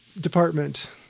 department